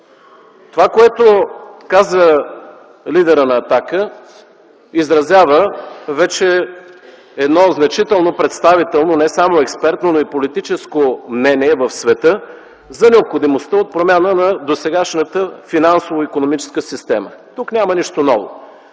Това, което каза лидерът на „Атака”, изразява вече значително представително не само експертно, но и политическо мнение в света за необходимостта от промяна на досегашната финансова икономическа система. Тук няма нищо ново.